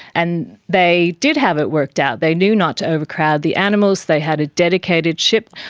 and they did have it worked out, they knew not to overcrowd the animals, they had a dedicated ship.